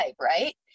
right